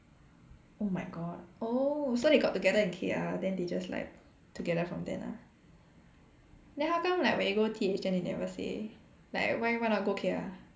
oh my god oh so they got together in K_R then they just like together from then ah then how come like when you go T_H then they never say like why why not go K_R